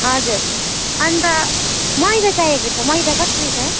हजुर अन्त मैदा चाहिएको छ मैदा कसरी छ